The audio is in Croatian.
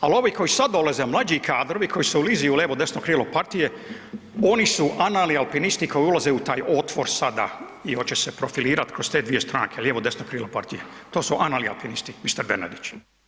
ali ovi koji sad dolaze, mlađi kadrovi koji se ulizuju u lijevo, desno krivo partije, oni su analni alpinisti koji ulaze u taj otvor sada i hoće se profilirati kroz te dvije stranke, lijevo, desno krilo partije, to su analni alpinisti, mister Bernardić.